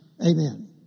Amen